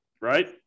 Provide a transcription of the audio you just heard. right